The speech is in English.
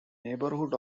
neighborhood